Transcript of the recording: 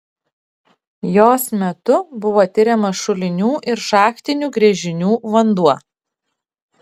jos metu buvo tiriamas šulinių ir šachtinių gręžinių vanduo